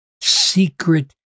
secret